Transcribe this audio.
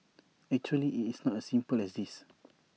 actually IT is not as simple as this